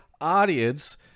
audience